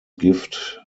gift